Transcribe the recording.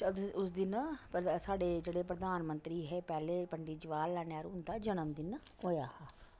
ते उस दिन साड्डे जेह्ड़े प्रधानमंत्री हे पैह्ले पंडित जवाहरलाल नेहरू उं'दा जनम दिन होएआ हा